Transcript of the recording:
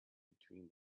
between